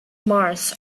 mars